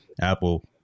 Apple